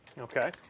Okay